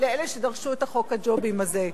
לאלה שדרשו את חוק הג'ובים הזה,